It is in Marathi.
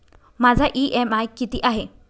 माझा इ.एम.आय किती आहे?